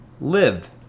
live